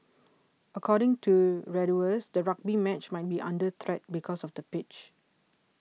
according to Reuters the rugby match might be under threat because of the pitch